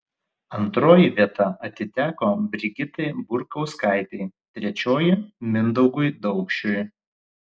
antroji vieta atiteko brigitai burkauskaitei trečioji mindaugui daukšiui